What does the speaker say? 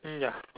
mm ya